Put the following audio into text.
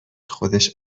خودش